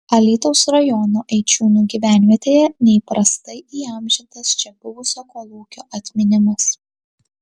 alytaus rajono eičiūnų gyvenvietėje neįprastai įamžintas čia buvusio kolūkio atminimas